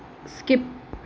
skip